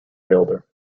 builder